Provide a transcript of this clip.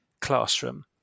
classroom